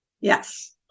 Yes